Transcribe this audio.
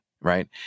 right